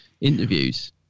interviews